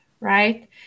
right